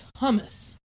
hummus